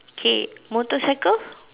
K motorcycle